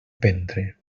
prendre